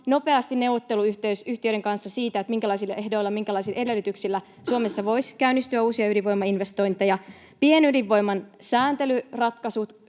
nopeasti neuvotteluyhteys yhtiöiden kanssa siitä, minkälaisilla ehdoilla ja minkälaisilla edellytyksillä Suomessa voisi käynnistyä uusia ydinvoimainvestointeja, ja pienydinvoiman sääntelyratkaisut